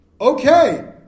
Okay